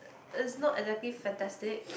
it's not exactly fantastic